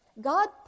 God